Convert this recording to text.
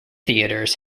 theaters